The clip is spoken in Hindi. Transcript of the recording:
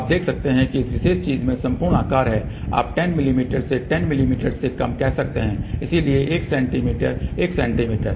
आप देख सकते हैं कि इस विशेष चीज में संपूर्ण आकार है आप 10 मिमी से 10 मिमी से कम कह सकते हैं इसलिए 1 सेंटीमीटर 1 सेंटीमीटर